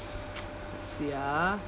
see ah